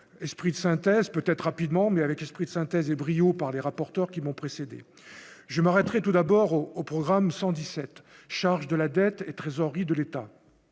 esprit de synthèse peut-être rapidement, mais avec l'esprit de synthèse et brio par les rapporteurs, qui m'ont précédé, je m'arrêterai tout d'abord au au programme 117 charges de la dette et trésorier de l'État,